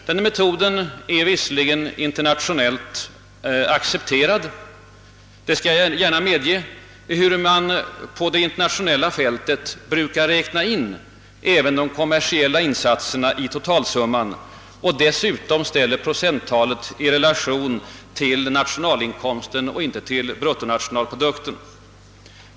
Den metoden är visserligen internationellt accepterad, det skall jag gärna medge, ehuru man på det internationella fältet brukar räkna in även de kommersiella insatserna i totalsumman och dessutom ställer procenttalet i relation till nationalinkomsten och inte till bruttonationalprodukten.